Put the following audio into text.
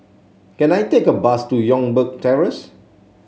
can I take a bus to Youngberg Terrace